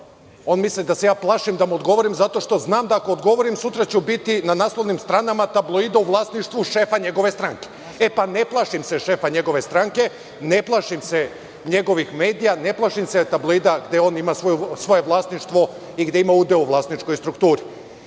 on misli da se ja plašim da mu odgovorim zato što znam da ako mu odgovorim sutra ću biti na naslovnim stranama tabloida u vlasništvu šefa njegove stranke. E pa ne plašim se šefa njegove stranke, ne plašim se njegovih medija, ne plašim se tabloida gde on ima svoje vlasništvo i gde ima udeo u vlasničkoj strukturi. Neću